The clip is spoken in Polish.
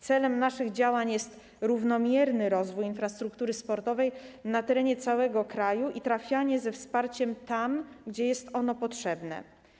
Celem naszych działań jest równomierny rozwój infrastruktury sportowej na terenie całego kraju i trafianie ze wsparciem tam, gdzie jest ono potrzebne.